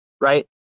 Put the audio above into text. right